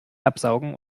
absaugen